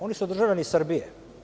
Oni su državljani Srbije.